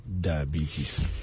diabetes